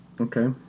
Okay